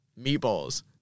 meatballs